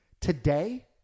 Today